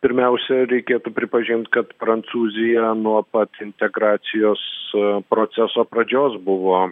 pirmiausia reikėtų pripažint kad prancūzija nuo pat integracijos proceso pradžios buvo